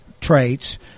traits